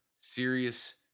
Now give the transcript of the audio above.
serious